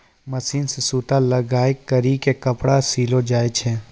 machine मे सूता लगाय करी के कपड़ा सिलो जाय छै